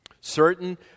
Certain